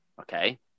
Okay